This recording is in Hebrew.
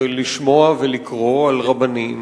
לשמוע ולקרוא על רבנים,